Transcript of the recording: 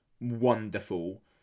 wonderful